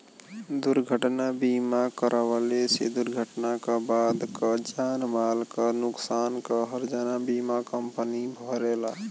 दुर्घटना बीमा करवले से दुर्घटना क बाद क जान माल क नुकसान क हर्जाना बीमा कम्पनी भरेला